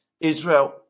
Israel